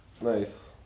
Nice